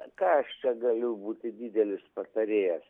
ką aš čia galiu būti didelis patarėjas